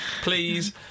please